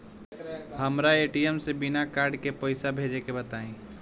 हमरा ए.टी.एम से बिना कार्ड के पईसा भेजे के बताई?